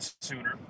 sooner